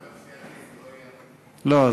לא,